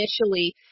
initially